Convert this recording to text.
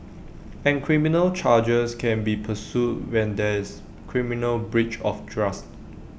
and criminal charges can be pursued when there is criminal breach of trust